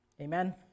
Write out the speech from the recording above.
Amen